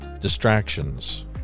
distractions